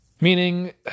Meaning